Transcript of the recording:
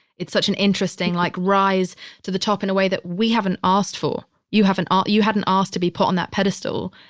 it's such an interesting like rise to the top in a way that we haven't asked for, you haven't, ah you hadn't asked to be put on that pedestal.